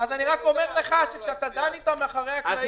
אז אני רק אומר לך שכשאתה דן איתם מאחורי הקלעים על סעיף 12,